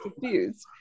confused